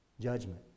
Judgment